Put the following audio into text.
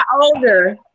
older